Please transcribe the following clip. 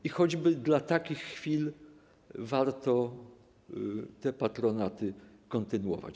I choćby dla takich chwil warto te patronaty kontynuować.